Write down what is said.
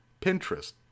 Pinterest